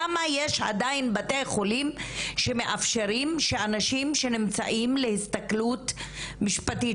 למה יש עדיין בתי חולים שמאפשרים שאנשים שנמצאים להסתכלות משפטית,